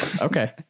Okay